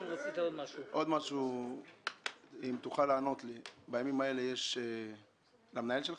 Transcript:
ינון, אני מצטרף למחאה שלך.